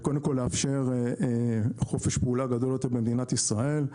וקודם כל לאפשר חופש פעולה גדול יותר במדינת ישראל.